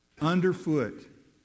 underfoot